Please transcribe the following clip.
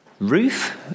Ruth